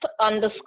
underscore